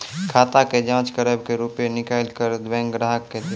खाता के जाँच करेब के रुपिया निकैलक करऽ बैंक ग्राहक के देब?